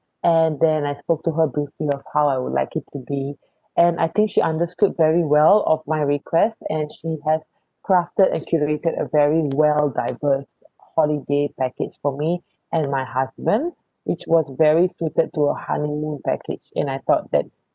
and then I spoke to her briefly of how I would like it to be and I think she understood very well of my request and she has crafted actually did a very well diverse holiday package for me and my husband which was very suited to a honeymoon package and I thought that